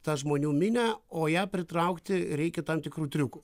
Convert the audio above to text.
tą žmonių minią o ją pritraukti reikia tam tikrų triukų